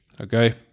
Okay